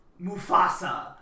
Mufasa